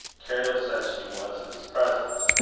careless as she was of his presence,